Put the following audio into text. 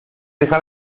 dejar